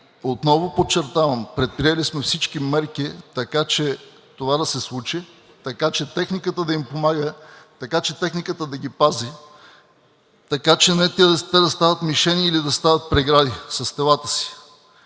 Отново подчертавам – предприели сме всички мерки, така че това да се случи, така че техниката да им помага, така че техниката да ги пази, така че те да не стават мишени или да стават прегради с телата си,